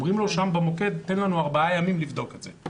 אומרים לו במוקד: תן לנו ארבעה ימים לבדוק את זה.